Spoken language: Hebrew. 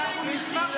אנחנו נשמח שתחזור,